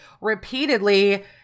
repeatedly